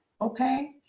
okay